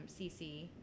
CC